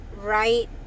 right